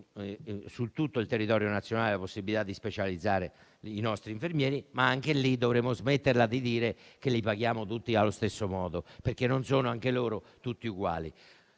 su tutto il territorio nazionale la possibilità di specializzare i nostri infermieri; ma anche in questo caso dovremo smetterla di dire che li paghiamo tutti allo stesso modo, perché non sono anche loro tutti uguali.